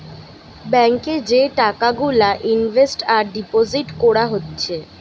bank এ যে টাকা গুলা ইনভেস্ট আর ডিপোজিট কোরা হচ্ছে